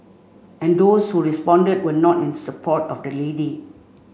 and those who responded were not in support of the lady